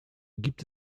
gibt